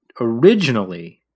originally-